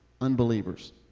unbelievers